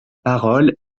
parole